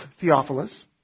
Theophilus